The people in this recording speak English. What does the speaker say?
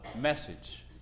message